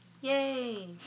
Yay